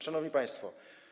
Szanowni Państwo!